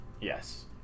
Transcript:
Yes